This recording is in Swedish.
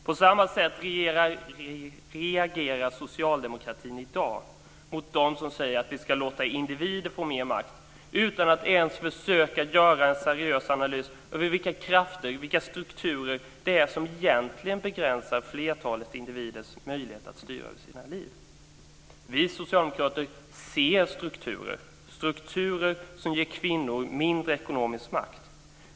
På samma sätt reagerar socialdemokratin i dag mot dem som säger att vi ska låta individerna få mer makt utan att ens försöka att göra en seriös analys över vilka krafter och strukturer det är som egentligen begränsar flertalet individers möjligheter att styra över sina liv. Vi socialdemokrater ser strukturer, strukturer som ger kvinnor mindre ekonomisk makt.